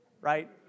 right